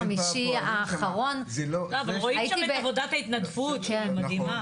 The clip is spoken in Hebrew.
שמה -- עבודת ההתנדבות היא מדהימה.